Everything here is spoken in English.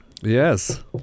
yes